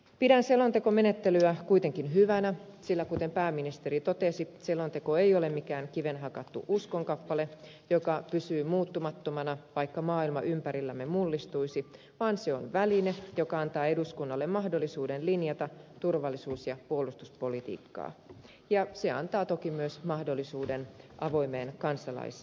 pidän selontekomenettelyä kuitenkin hyvänä sillä kuten pääministeri totesi selonteko ei ole mikään kiveen hakattu uskonkappale joka pysyy muuttumattomana vaikka maailma ympärillämme mullistuisi vaan se on väline joka antaa eduskunnalle mahdollisuuden linjata turvallisuus ja puolustuspolitiikkaa ja se antaa toki myös mahdollisuuden avoimeen kansalaiskeskusteluun